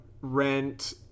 rent